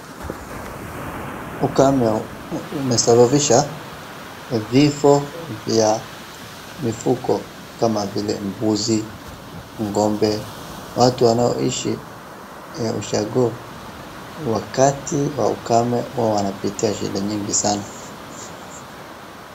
Ukame umesababisha vifo vya mifugo kama vila mbuzi, ng'ombe. Watu wanaoishi ushago , wakati wa ukame huwa wanapitia shida nyingi sana.